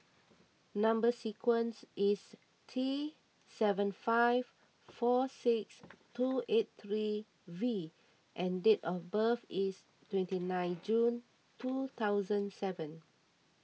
Number Sequence is T seven five four six two eight three V and date of birth is twenty nine June two thousand seven